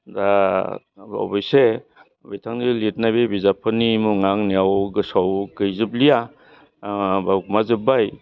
दा अबेसे बिथांनि लिरनाय बे बिजाबफोरनि मुङा आंनियाव गोसोआव गैजोबलिया बावगुमा जोब्बाय